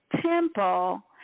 temple